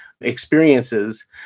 experiences